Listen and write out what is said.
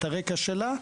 את הרקע שלה,